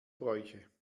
bräuche